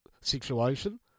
situation